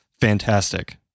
Fantastic